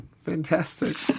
Fantastic